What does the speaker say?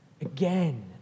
again